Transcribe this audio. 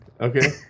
Okay